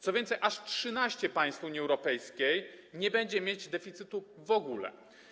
Co więcej, aż 13 państw Unii Europejskiej nie będzie mieć deficytu w ogóle.